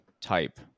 type